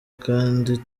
kandi